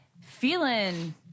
feeling